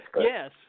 Yes